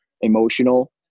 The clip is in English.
emotional